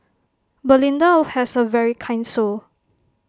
belinda has A very kind soul